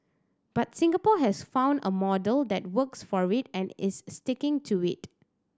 but Singapore has found a model that works for it and is sticking to it